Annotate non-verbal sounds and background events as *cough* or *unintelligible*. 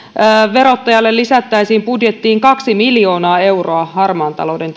verottajalle lisättäisiin budjettiin kaksi miljoonaa euroa harmaan talouden *unintelligible*